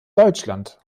deutschland